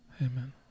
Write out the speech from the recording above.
Amen